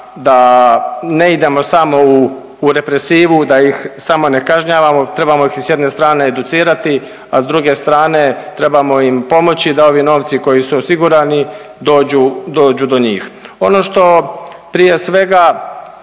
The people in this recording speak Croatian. da ne idemo samo u represivu, da ih samo ne kažnjavamo. Trebamo ih i s jedne strane educirati, a s druge strane trebamo im pomoći da ovi novci koji su osigurani dođu do njih. Ono što prije svega